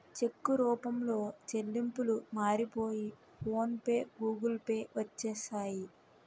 చెక్కు రూపంలో చెల్లింపులు మారిపోయి ఫోన్ పే గూగుల్ పే వచ్చేసాయి